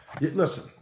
listen